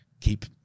keep